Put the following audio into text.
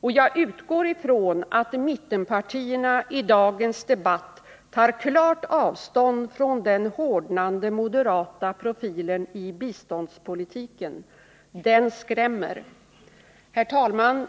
och jag utgår från att mittenpartierna i dagens debatt tar klart avstånd från den hårdnande moderata profilen i biståndspolitiken. Den skrämmer. Herr talman!